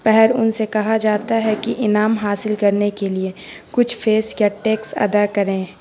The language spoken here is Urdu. پر ان سے کہا جاتا ہے کہ انعام حاصل کرنے کے لیے کچھ فیس یا ٹیکس ادا کریں